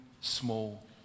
small